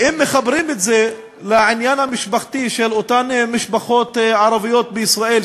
ואם מחברים את זה לעניין המשפחתי של אותן משפחות ערביות בישראל,